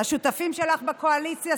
השותפים שלך בקואליציה,